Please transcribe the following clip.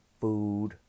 food